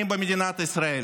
במדינת ישראל.